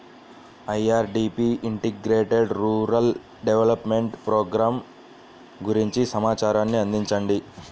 IRDP integrated rural development programme గురించి సమాచారాన్ని అందించండి?